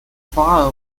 far